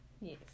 Yes